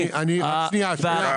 אני יכול